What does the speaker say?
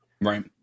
right